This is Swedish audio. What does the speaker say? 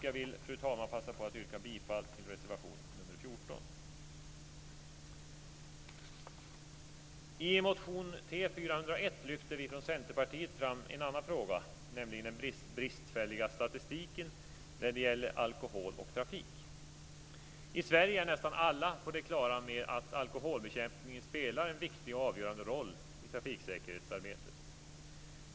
Jag vill, fru talman, passa på att yrka bifall till reservation 14. I motion T401 lyfter vi från Centerpartiet fram en annan fråga, nämligen den bristfälliga statistiken när det gäller alkohol och trafik. I Sverige är nästan alla på det klara med att alkoholbekämpningen spelar en viktig och avgörande roll i trafiksäkerhetsarbetet.